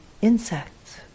insects